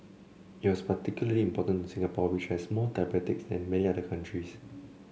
it is particularly important to Singapore which has more diabetics than many other countries